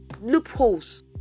loopholes